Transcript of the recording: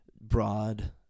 broad